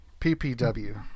PPW